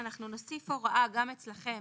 ואנחנו נוסיף הוראה גם אצלכם